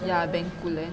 ya bencoolen